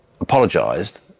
apologised